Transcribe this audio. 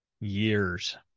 Years